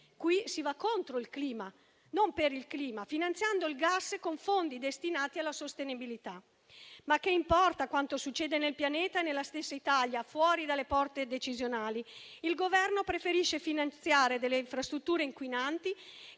Qui si va contro il clima, non per il clima, finanziando il gas con fondi destinati alla sostenibilità. Ma che importa quanto succede nel pianeta e nella stessa Italia, fuori dalle porte decisionali? Il Governo preferisce finanziare delle infrastrutture inquinanti,